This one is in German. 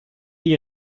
die